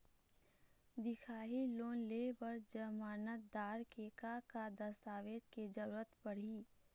दिखाही लोन ले बर जमानतदार के का का दस्तावेज के जरूरत पड़ही?